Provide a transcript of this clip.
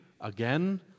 again